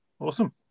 awesome